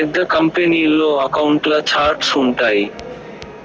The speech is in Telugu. పెద్ద కంపెనీల్లో అకౌంట్ల ఛార్ట్స్ ఉంటాయి